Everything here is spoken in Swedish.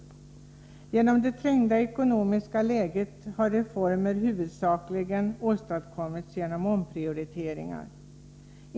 Till följd av det trängda ekonomiska läget har reformer huvudsakligen åstadkommits genom omprioriteringar.